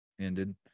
ended